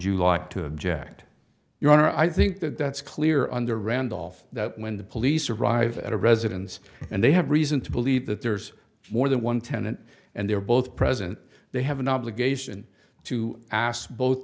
you like to object your honor i think that that's clear under randolph that when the police arrive at a residence and they have reason to believe that there's more than one tenant and they're both present they have an obligation to ask both